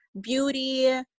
beauty